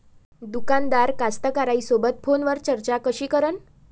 दुकानदार कास्तकाराइसोबत फोनवर चर्चा कशी करन?